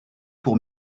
pour